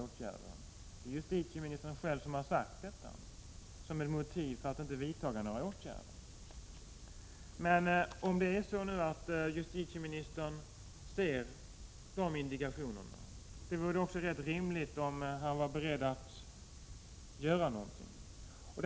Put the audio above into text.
Det är justitieministern själv som har anfört detta som ett motiv för att inte vidta några åtgärder. Om det är så nu att justitieministern ser dessa indikationer, vore det rätt rimligt att han var beredd att göra någonting.